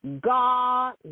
God